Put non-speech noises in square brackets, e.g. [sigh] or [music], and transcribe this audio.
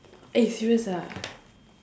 eh serious ah [noise]